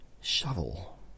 Shovel